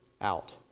out